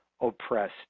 Oppressed